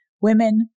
women